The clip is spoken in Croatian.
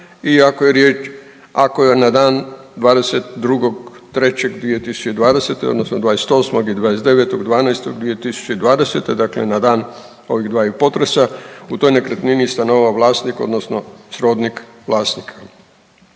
ako je na dan 22.3.2020. odnosno 28. i 29.12.2020., dakle na dan ovih dvaju potresa u toj nekretnini stanovao vlasnik odnosno srodnik vlasnika.